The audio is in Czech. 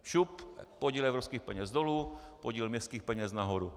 Šup, podíl evropských peněz dolů, podíl městských peněz nahoru!